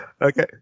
Okay